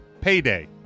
payday